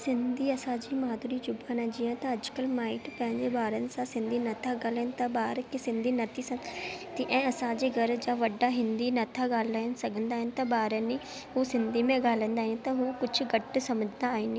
सिंधी असांजी मादरी जुबान आहे जीअं त अॼुकल्हि माइट पंहिंजे ॿारनि सां सिंधी न था ॻाल्हाइनि त ॿार खे सिंधी न थी सम्झि में अचे ऐं असांजे घर जा वडा हिंदी न था ॻाल्हाइनि सघंदा आहिनि त ॿारनि हूअ सिंधी में ॻाल्हाइंदा आहिनि त हूअ कुझु समझदा आहिनि